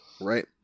Right